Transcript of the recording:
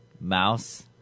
mouse